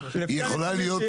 אני יודע מה זה הסדרה.